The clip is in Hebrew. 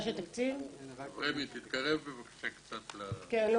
שלכם כחברי כנסת ובטח שלי כנציג ושלנו